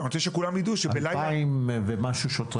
אלפיים ומשהו שוטרים.